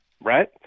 right